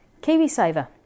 KiwiSaver